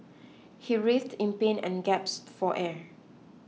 he writhed in pain and gasped for air